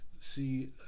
see